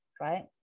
right